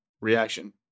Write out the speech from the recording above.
reaction